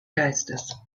geistes